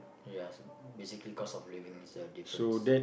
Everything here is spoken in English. ya so basically cost of living is a difference